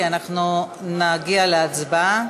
כי אנחנו מגיעים להצבעה.